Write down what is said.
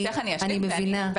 כי אני מבינה --- ברשותך אני אשלים,